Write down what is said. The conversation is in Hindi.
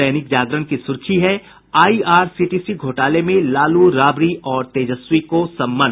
दैनिक जागरण की सुर्खी है आईआरसीटीसी घोटाले में लालू राबड़ी और तेजस्वी को समन